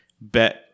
bet